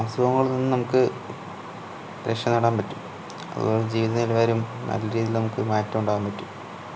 അസുഖങ്ങളിൽ നിന്ന് നമുക്ക് രക്ഷ നേടാൻ പറ്റും അതുപോലെ ജീവിത നിലവാരം നല്ല രീതിയിൽ നമുക്ക് മാറ്റം ഉണ്ടാക്കാൻ പറ്റും